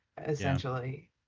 essentially